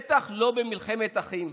ובטח לא במלחמת אחים,